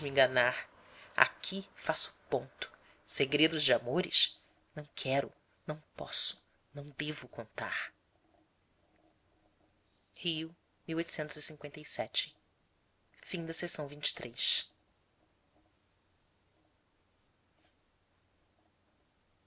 enganar aqui faço ponto segredos de amores não quero não posso não devo contar o e como